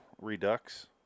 Redux